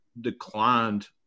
declined